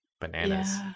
bananas